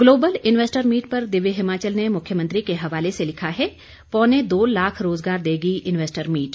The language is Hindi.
ग्लोबल इन्वेस्टर मीट पर दिव्य हिमाचल ने मुख्यमंत्री के हवाले से लिखा है पौने दो लाख रोजगार देगी इन्वेस्टर मीट